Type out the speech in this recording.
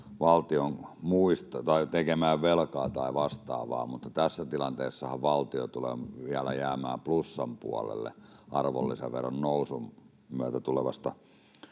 että on jouduttu tekemään velkaa tai vastaavaa, mutta tässä tilanteessahan valtio tulee vielä jäämään plussan puolelle arvonlisäveron nousun myötä tulevasta